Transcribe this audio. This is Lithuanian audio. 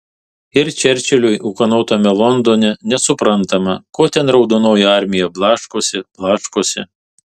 ir čerčiliui ūkanotame londone nesuprantama ko ten raudonoji armija blaškosi blaškosi